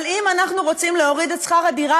אבל אם אנחנו רוצים להוריד את שכר הדירה